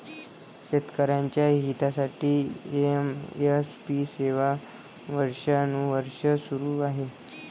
शेतकऱ्यांच्या हितासाठी एम.एस.पी सेवा वर्षानुवर्षे सुरू आहे